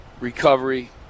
recovery